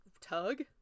tug